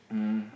um